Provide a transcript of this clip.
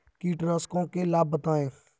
कीटनाशकों के लाभ बताएँ?